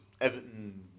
Everton